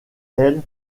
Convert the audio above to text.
elle